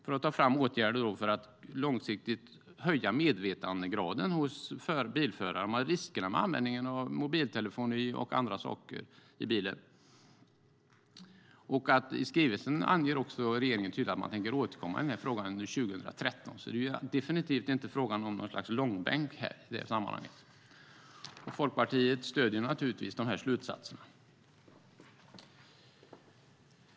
En plan för åtgärder ska tas fram för att långsiktigt höja medvetandegraden hos bilförarna om riskerna med användningen av mobiltelefon och andra saker i bilen. I skrivelsen anger regeringen att man tänker återkomma i frågan under 2013, så det är definitivt inte fråga om någon långbänk här. Folkpartiet stöder naturligtvis dessa slutsatser.